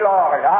Lord